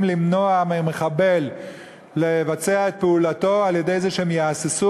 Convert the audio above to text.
למנוע ממחבל לבצע את פעולתו על-ידי זה שהם יהססו,